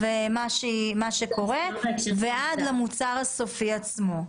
ממה שקורה ועד למוצר הסופי עצמו.